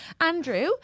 Andrew